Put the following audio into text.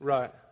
Right